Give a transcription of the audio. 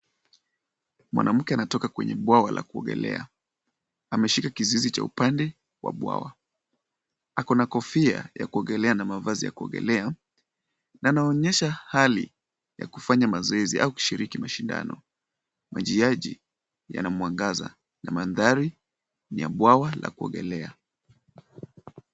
Mwanamke anatoka kwenye bwawa la kuogelea ameshika kizizi cha upande wa bwawa. Ako na kofia ya kuogelea na mavazi ya kuogelea na anaonyesha hali ya kufanya mazoezi au kushiriki mashindano. Majiaji yana mwangaza na mandhari ni ya bwawa la kuogelea.